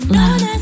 love